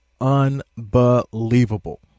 unbelievable